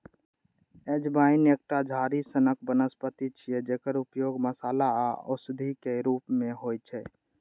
अजवाइन एकटा झाड़ी सनक वनस्पति छियै, जकर उपयोग मसाला आ औषधिक रूप मे होइ छै